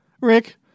Rick